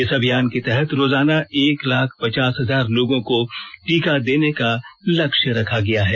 इस अभियान के तहत रोजाना एक लाख पचास हजार लोगों को टीका देने का लक्ष्य रखा गया है